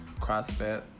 CrossFit